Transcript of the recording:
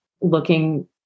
looking